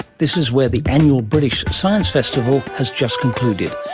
this is where the annual british science festival has just concluded,